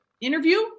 interview